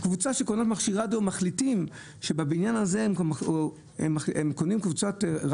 קבוצה שקונה מכשיר רדיו מחליטה שבבניין מסוים קונים רדיו